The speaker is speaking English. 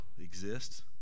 exist